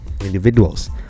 individuals